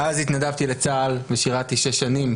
ואז התנדבתי לצה"ל ושירתי 6 שנים,